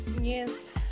yes